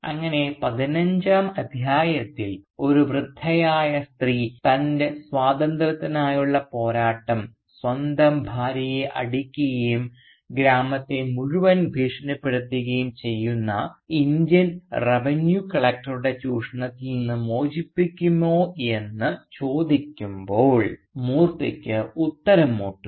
അങ്ങനെ 15 ാം അധ്യായത്തിൽ ഒരു വൃദ്ധയായ സ്ത്രീ തൻറെ സ്വാതന്ത്ര്യത്തിനായുള്ള പോരാട്ടം സ്വന്തം ഭാര്യയെ അടിക്കുകയും ഗ്രാമത്തെ മുഴുവൻ ഭീഷണിപ്പെടുത്തുകയും ചെയ്യുന്ന ഇന്ത്യൻ റവന്യൂ കളക്ടറുടെ ചൂഷണത്തിൽ നിന്ന് മോചിപ്പിക്കുമോയെന്ന് ചോദിക്കുമ്പോൾ മൂർത്തിക്ക് ഉത്തരം മുട്ടുന്നു